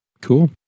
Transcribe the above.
Cool